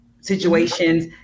situations